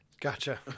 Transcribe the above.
Gotcha